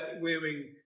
Wearing